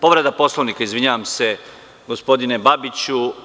Povreda Poslovnika, izvinjavam se gospodine Babiću.